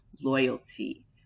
loyalty